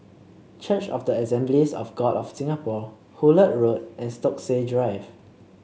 Church of the Assemblies of God of Singapore Hullet Road and Stokesay Drive